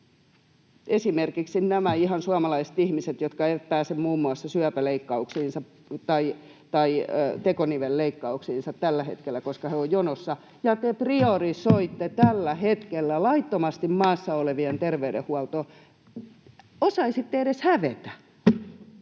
esimerkiksi nämä ihan suomalaiset ihmiset, jotka eivät pääse muun muassa syöpäleikkauksiinsa tai tekonivelleikkauksiinsa tällä hetkellä, koska he ovat jonossa, ja te priorisoitte tällä hetkellä laittomasti maassa olevien terveydenhuoltoa. Osaisitte edes hävetä.